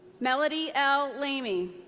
melody l. lamey.